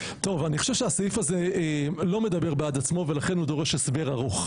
אני חושב שהסעיף הזה לא מדבר בעד עצמו ולכן הוא דורש הסבר ארוך,